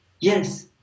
yes